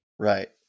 Right